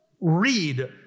read